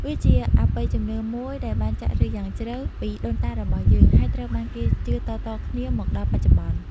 វាជាអបិយជំនឿមួយដែលបានចាក់ឫសយ៉ាងជ្រៅពីដូនតារបស់យើង ហើយត្រូវបានគេជឿតៗគ្នាមកដល់បច្ចុប្បន្ន។